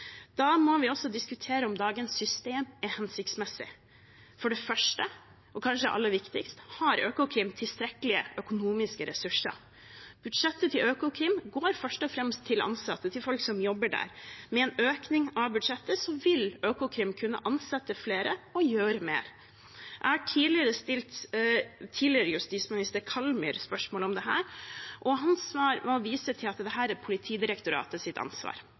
Da må vi også diskutere om dagens system er hensiktsmessig. For det første, og kanskje aller viktigst: Har Økokrim tilstrekkelige økonomiske ressurser? Budsjettet til Økokrim går først og fremst til ansatte, til folk som jobber der. Med en økning av budsjettet vil Økokrim kunne ansette flere og gjøre mer. Jeg stilte tidligere justisminister Kallmyr spørsmål om det, og hans svar var å vise til at dette er Politidirektoratets ansvar. Jeg kjenner til ansvarsfordelingen her,